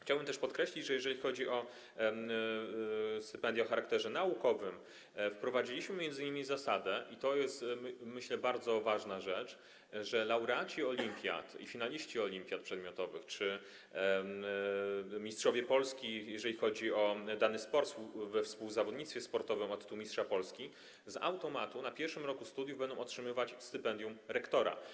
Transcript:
Chciałbym też podkreślić, jeżeli chodzi o stypendia o charakterze naukowym, że wprowadziliśmy m.in. zasadę, i to jest, myślę, bardzo ważna rzecz, że laureaci olimpiad, finaliści olimpiad przedmiotowych czy mistrzowie Polski, jeżeli chodzi o dany sport, współzawodnictwo sportowe o tytuł mistrza Polski, z automatu na pierwszym roku studiów będą otrzymywać stypendium rektora.